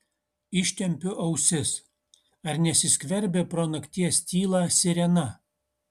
ištempiu ausis ar nesiskverbia pro nakties tylą sirena